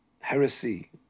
heresy